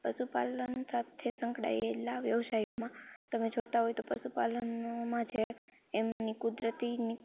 પશુપાલન સાથે સંકળાયેલા વ્યવસાયોમાં તમે જોતા હોય તો પશુપાલનમાં જે એમની કુદરતી